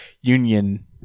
Union